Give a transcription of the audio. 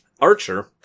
Archer